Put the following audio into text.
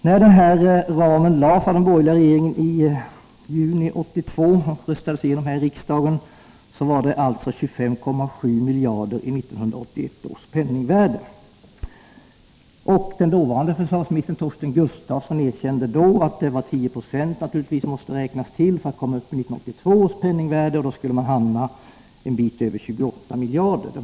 När denna ram lades fast av den borgerliga regeringen i juni 1982 och röstades igenom här i riksdagen var den 25,7 miljarder i 1981 års penningvärde. Den dåvarande försvarsministern, Torsten Gustafsson, erkände att 10 26 naturligtvis måste läggas till för att man skulle komma uppi 1982 års penningvärde, och då skulle man hamna en bit över 28 miljarder.